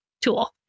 tool